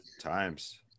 times